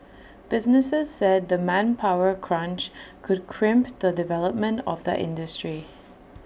businesses said the manpower crunch could crimp the development of the industry